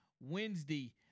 Wednesday